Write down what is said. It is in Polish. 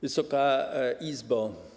Wysoka Izbo!